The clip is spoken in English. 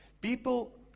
people